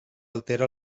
altera